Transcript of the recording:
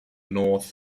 north